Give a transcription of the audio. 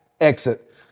exit